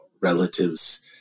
relatives